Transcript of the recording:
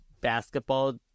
basketball